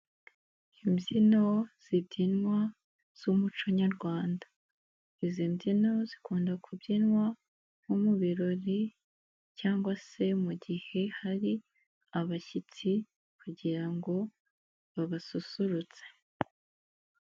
Imbyino zibyinwa z'umuco nyarwanda izi mbyino zikunda kubyinwa nko mu birori cyangwa se mu gihe hari abashyitsi kugira ngo babasusurutse.